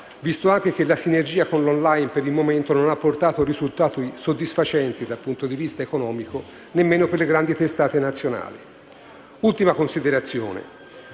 visto anche che la sinergia con l'*online* per il momento non ha portato risultati soddisfacenti dal punto di vista economico nemmeno per le grande testate nazionali. Ultima considerazione: